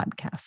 podcast